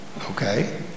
Okay